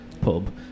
pub